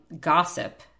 gossip